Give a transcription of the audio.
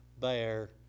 bear